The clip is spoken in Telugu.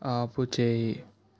ఆపుచేయి